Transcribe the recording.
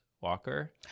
Walker